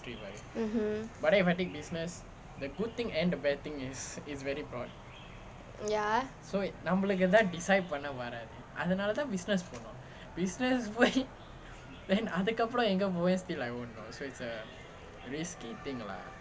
mmhmm ya